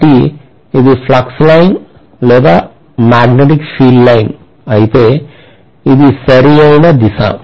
కాబట్టి ఇది flux line లేదా మాగ్నెటిక్ ఫీల్డ్ లైన్ అయితే ఇది సరి అయిన దిశ